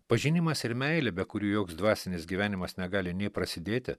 pažinimas ir meilė be kurių joks dvasinis gyvenimas negali nei prasidėti